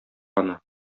аны